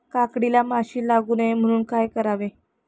काकडीला माशी लागू नये म्हणून काय करावे?